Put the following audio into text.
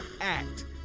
act